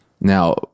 Now